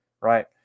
right